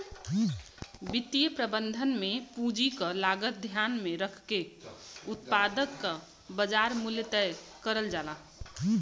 वित्तीय प्रबंधन में पूंजी क लागत ध्यान में रखके उत्पाद क बाजार मूल्य तय करल जाला